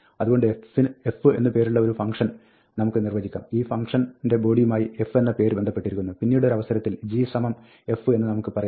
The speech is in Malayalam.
അതുകൊണ്ട് f എന്ന് പേരുള്ള ഒരു ഫംഗ്ഷൻ നമുക്ക് നിർവ്വചിക്കാം ഈ ഫംഗ്ഷന്റെ ബോഡിയുമായി f എന്ന് പേര് ബന്ധപ്പെട്ടിരിക്കുന്നു പിന്നീടൊരവസരത്തിൽ g സമം f എന്ന് നമുക്ക് പറയാം